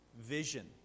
vision